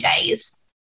days